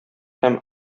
һәм